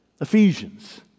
Ephesians